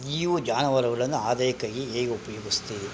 ನೀವು ಜಾನುವಾರುಗಳನ್ನ ಆದಾಯಕ್ಕಾಗಿ ಹೇಗ್ ಉಪಯೋಗಿಸ್ತೀರಿ